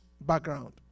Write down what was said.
background